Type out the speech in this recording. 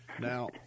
Now